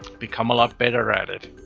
become a lot better at it.